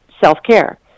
self-care